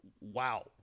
wow